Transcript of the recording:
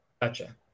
Gotcha